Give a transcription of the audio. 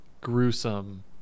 gruesome